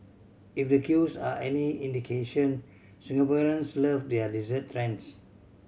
if the queues are any indication Singaporeans love their dessert trends